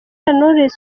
knowless